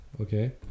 okay